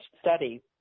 study